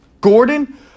Gordon